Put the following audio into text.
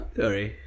sorry